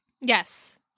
Yes